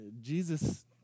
Jesus